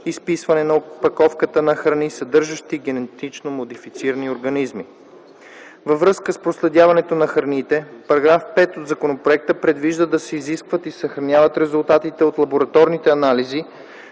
изписване на опаковката на храни, съдържащи генетично модифицирани организми. Във връзка с проследяването на храните, § 5 от законопроекта предвижда да се изискват и съхраняват резултатите от лабораторните анализи